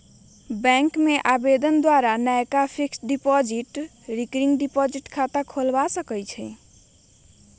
bank में आवेदन द्वारा नयका फिक्स्ड डिपॉजिट, रिकरिंग डिपॉजिट खता खोलबा सकइ छी